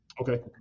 okay